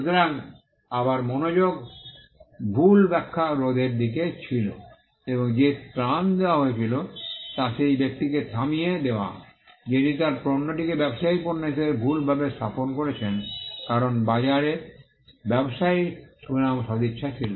সুতরাং আবার মনোযোগ ভুল ব্যাখ্যা রোধের দিকে ছিল এবং যে ত্রাণ দেওয়া হয়েছিল তা সেই ব্যক্তিকে থামিয়ে দেওয়া যিনি তার পণ্যটিকে ব্যবসায়ীর পণ্য হিসাবে ভুলভাবে উপস্থাপন করছেন কারণ বাজারে ব্যবসায়ীর সুনাম ও সদিচ্ছা ছিল